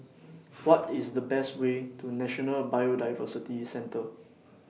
What IS The Best Way to National Biodiversity Centre